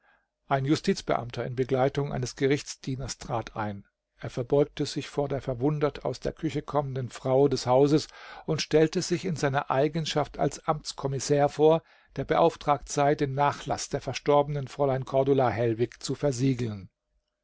ein justizbeamter in begleitung eines gerichtsdieners trat ein er verbeugte sich vor der verwundert aus der küche kommenden frau des hauses und stellte sich in seiner eigenschaft als amtskommissär vor der beauftragt sei den nachlaß der verstorbenen fräulein cordula hellwig zu versiegeln